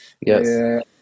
Yes